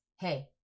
Hey